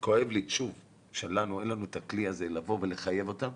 כואב לי, שוב, שאין לנו את הכלי הזה לחייב אותם,